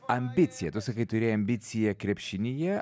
ambicija tu sakai turėjai ambiciją krepšinyje